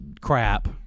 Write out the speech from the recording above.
crap